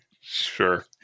Sure